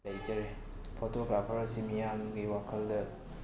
ꯂꯩꯖꯩ ꯐꯣꯇꯣꯒ꯭ꯔꯥꯐꯔ ꯑꯁꯤ ꯃꯤꯌꯥꯝꯒꯤ ꯋꯥꯈꯜꯗ